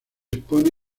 expone